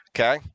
Okay